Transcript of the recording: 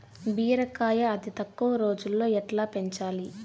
బీరకాయ అతి తక్కువ రోజుల్లో ఎట్లా పెంచాలి?